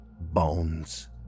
bones